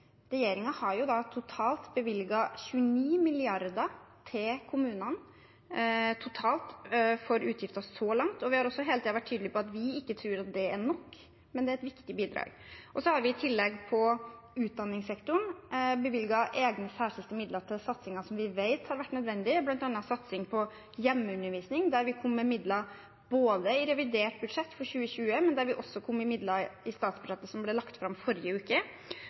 jo beviselig feil. Regjeringen har totalt bevilget 29 mrd. kr til kommunene for utgifter så langt, og vi har også hele tiden vært tydelige på at vi ikke tror det er nok, men det er et viktig bidrag. Så har vi i tillegg på utdanningssektoren bevilget egne særskilte midler til satsinger som vi vet har vært nødvendige, bl.a. satsing på hjemmeundervisning, der vi kom med midler i revidert budsjett for 2020, men der vi også kom med midler i statsbudsjettet som ble lagt fram forrige uke.